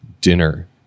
dinner